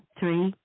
three